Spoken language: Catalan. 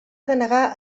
denegar